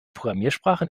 programmiersprachen